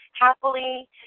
happily